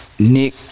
Nick